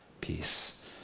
peace